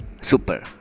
super